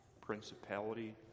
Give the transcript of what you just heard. principality